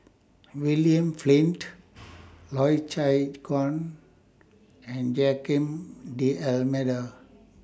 William Flint Loy Chye Chuan and Joaquim D'almeida